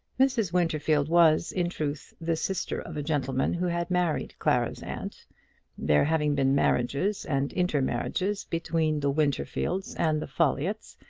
mrs. winterfield was, in truth, the sister of a gentleman who had married clara's aunt there having been marriages and intermarriages between the winterfields and the folliotts,